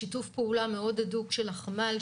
משיתוף פעולה מאוד הדוק עם החמ"ל,